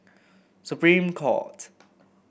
Supreme Court